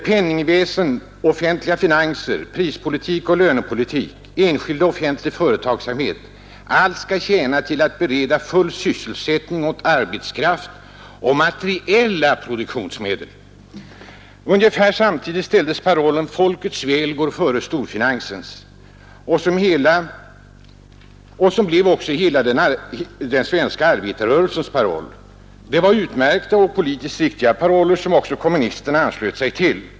Penningväsen och offentliga finanser, prispolitik och lönepolitik, enskild och offentlig företagsamhet — allt skall tjäna till att bereda full sysselsättning åt arbetskraft och materiella produktionsmedel.” Ungefär samtidigt uppställdes parollen ”Folkets väl går före storfinansens”, som blev hela den svenska arbetarrörelsens paroll. Det var en utmärkt och politiskt riktig paroll som också kommunisterna anslöt sig 15 till.